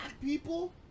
people